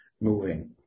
moving